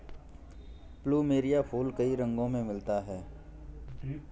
plumeria फूल कई रंगो में मिलता है